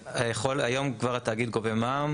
היום כבר התאגיד גובה מע"מ.